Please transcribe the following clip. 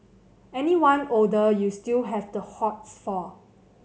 anyone older you still have the hots for